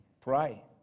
Pray